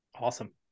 awesome